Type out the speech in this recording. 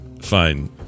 fine